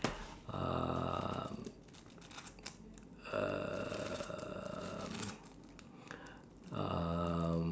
um